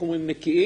נקיים